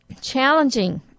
challenging